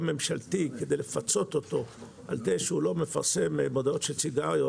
ממשלתי כדי לפצות אותו על זה שהוא לא מפרסם מודעות של סיגריות,